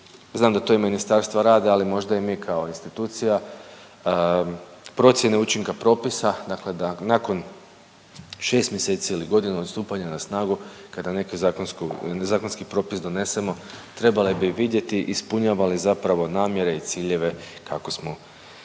znam da to i ministarstva rade ali možda i mi kao institucija procjene učinka propisa, dakle da nakon šest mjeseci ili godinu od stupanja na snagu kada neki zakonski propis donesemo trebali bi vidjeti ispunjava li zapravo namjere i ciljeve kako smo mu sami